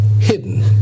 hidden